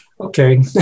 Okay